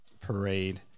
parade